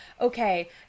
okay